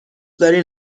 دارین